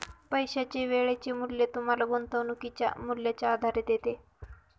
पैशाचे वेळेचे मूल्य तुम्हाला गुंतवणुकीच्या मूल्याचा आधार देते